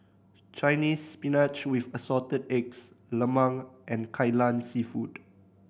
Chinese Spinach with Assorted Eggs lemang and Kai Lan Seafood